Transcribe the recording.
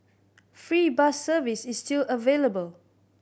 free bus service is still available